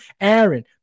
Aaron